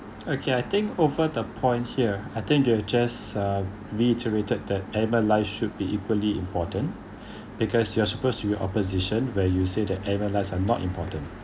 okay I think over the point here I think they're just uh reiterated that animal lives should be equally important because you are supposed to be opposition where you say the animal lives are not important